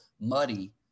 muddy